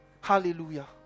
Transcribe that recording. Hallelujah